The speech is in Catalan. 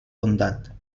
bondat